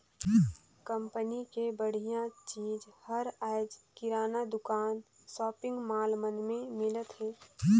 company के बड़िहा चीज हर आयज किराना दुकान, सॉपिंग मॉल मन में मिलत हे